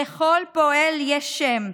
לכל פועל יש שם.